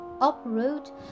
uproot